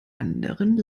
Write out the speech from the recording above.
anderen